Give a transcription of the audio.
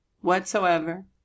whatsoever